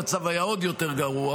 המצב היה עוד יותר גרוע,